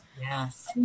Yes